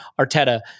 Arteta